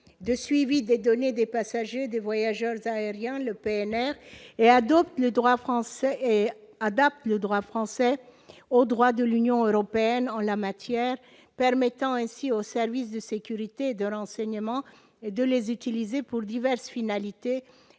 de suivi des données des passagers aériens, le PNR, et adaptent le droit français au droit de l'Union européenne en la matière, permettant ainsi aux services de sécurité et de renseignement d'utiliser ces données pour diverses finalités,